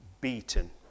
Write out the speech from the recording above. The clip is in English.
beaten